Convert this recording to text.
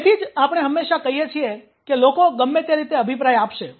તેથી જ આપણે હંમેશાં કહીએ છીએ કે લોકો ગમે તે રીતે અભિપ્રાય આપશે